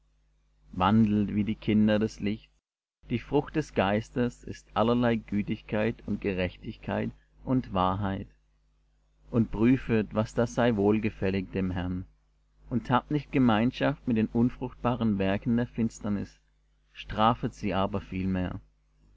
wandelt wie die kinder des lichts die frucht des geistes ist allerlei gütigkeit und gerechtigkeit und wahrheit und prüfet was da sei wohlgefällig dem herrn und habt nicht gemeinschaft mit den unfruchtbaren werken der finsternis strafet sie aber vielmehr